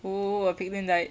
oh the pig didn't died